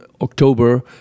October